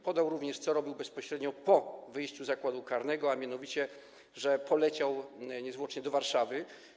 Podał również, co robił bezpośrednio po wyjściu z zakładu karnego, a mianowicie, poleciał niezwłocznie do Warszawy.